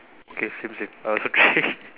okay same same uh thirsty